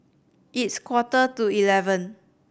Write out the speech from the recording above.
its quarter to eleven